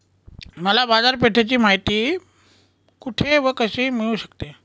मला बाजारपेठेची माहिती कुठे व कशी मिळू शकते?